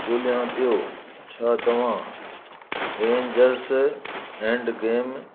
ॻोल्हियां पियो छा तव्हां एन्जर्स एंड गेम